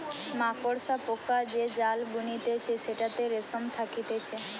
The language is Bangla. মাকড়সা পোকা যে জাল বুনতিছে সেটাতে রেশম থাকতিছে